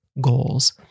goals